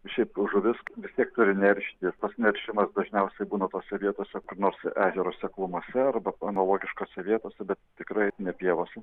šiaip žuvis vis tiek turi nešti tas neršimas dažniausiai būna tose vietose kur nors ežero seklumose arba analogiškose vietose bet tikrai ne pievose